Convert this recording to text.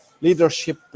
leadership